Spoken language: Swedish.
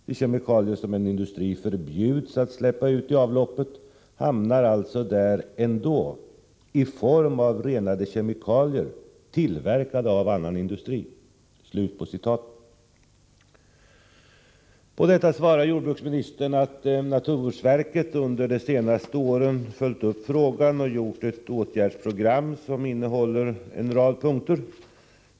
De kemikalier som en industri förbjuds att släppa ut i avloppen hamnar alltså där ändå i form av renade kemikalier, tillverkade av en annan industri.” Till detta säger jordbruksministern att naturvårdsverket under det senaste året har följt upp dessa frågor och gjort ett åtgärdsprogram som innehåller en rad punkter.